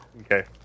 Okay